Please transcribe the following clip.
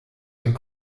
and